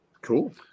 cool